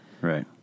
Right